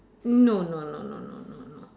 no no no no no no no